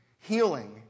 healing